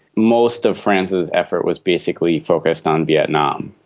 most of france's effort was basically focused on vietnam.